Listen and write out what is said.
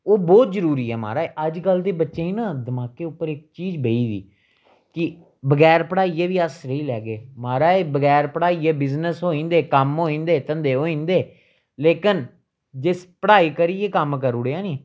ओह् बोह्त जरूरी ऐ महाराज अज्जकल दी बच्चें ना दमाकै उप्पर इक चीज बेही गेदी कि बगैर पढ़ाइयै बी अस रेही लैगे महाराज बगैर पढ़ाई बिजनेस होई जंदे कम्म होई जंदे धंदे होई जंदे लेकिन जिस पढ़ाई करियै कम्म करी ओड़ेआ नी